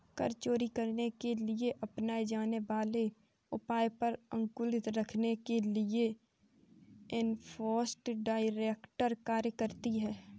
कर चोरी करने के लिए अपनाए जाने वाले उपायों पर अंकुश रखने के लिए एनफोर्समेंट डायरेक्टरेट कार्य करती है